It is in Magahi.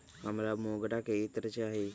हमरा मोगरा के इत्र चाही